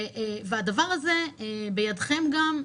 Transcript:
והדבר הזה בידכם גם,